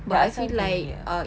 but ah same to me ah